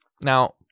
Now